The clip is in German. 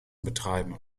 betreiben